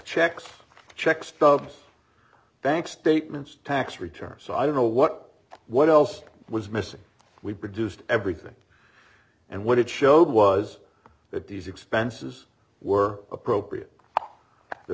checks check stubs bank statements tax returns so i don't know what what else was missing we produced everything and what it showed was that these expenses were appropriate there